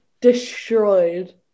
destroyed